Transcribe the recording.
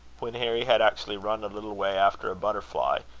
when harry had actually run a little way after a butterfly,